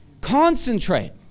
Concentrate